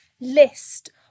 list